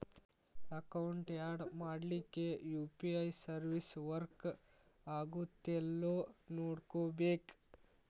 account add ಮಾಡ್ಲಿಕ್ಕೆ UPI service work ಆಗತ್ತೇಲ್ಲೋ ನೋಡ್ಕೋಬೇಕ್